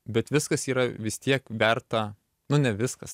bet viskas yra vis tiek verta nu ne viskas